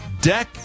Deck